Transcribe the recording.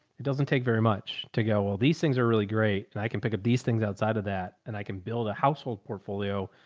it doesn't take very much to go. well, these things are really great and i can pick up these things outside of that and i can build a household portfolio.